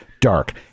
dark